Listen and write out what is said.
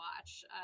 watch